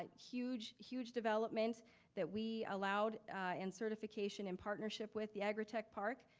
ah huge, huge development that we allowed in certification in partnership with the agritech park.